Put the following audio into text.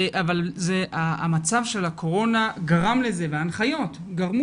אבל המצב של הקורונה וההנחיות גרמו